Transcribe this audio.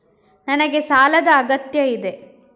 ನನಗೆ ಸಾಲದ ಅಗತ್ಯ ಇದೆ?